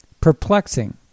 perplexing